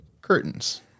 Curtains